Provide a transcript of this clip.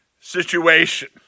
situation